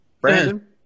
Brandon